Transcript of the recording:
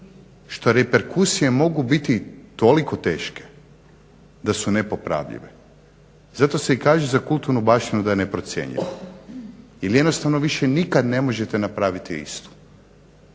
što reperkusije mogu biti toliko teške da su nepopravljive. Zato se i kaže za kulturnu baštinu da je neprocjenjiva jer jednostavno više nikada ne možete napraviti istu.